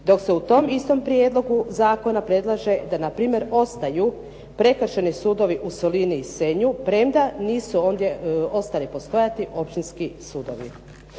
dok se u tom istom prijedlogu zakona predlaže da na primjer ostaju Prekršajni sudovi u Solinu i Senju premda nisu ondje ostali postojati općinski sudovi.